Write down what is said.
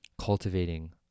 cultivating